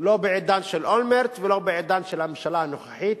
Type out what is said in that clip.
לא בעידן של אולמרט ולא בעידן של הממשלה הנוכחית.